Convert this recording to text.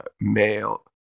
male